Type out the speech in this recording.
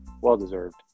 Well-deserved